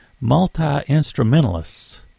multi-instrumentalists